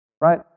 Right